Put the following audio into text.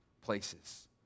places